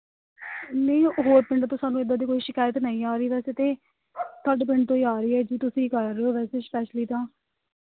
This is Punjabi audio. ਨਹੀਂ ਹੋਰ ਪਿੰਡ ਤੋਂ ਸਾਨੂੰ ਇੱਦਾਂ ਦੀ ਕੋਈ ਸ਼ਿਕਾਇਤ ਨਹੀਂ ਆ ਰਹੀ ਵੈਸੇ ਤਾਂ ਤੁਹਾਡੇ ਪਿੰਡ ਤੋਂ ਹੀ ਆ ਰਹੀ ਹੈ ਜੀ ਤੁਸੀਂ ਕਰ ਰਹੇ ਹੋ ਵੈਸੇ ਸਪੈਸ਼ਲੀ ਤਾਂ